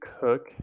cook